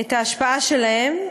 את ההשפעה שלהן.